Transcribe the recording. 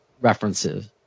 references